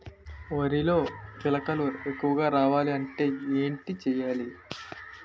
వరిలో పిలకలు ఎక్కువుగా రావాలి అంటే ఏంటి చేయాలి?